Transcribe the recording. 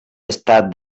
estat